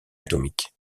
atomique